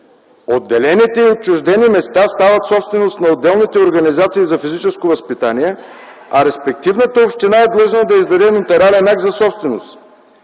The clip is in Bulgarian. отделените и отчуждени места стават собственост на отделните организации за физическо възпитание, а респективно общината е длъжна да издаде нотариален акт за собственост.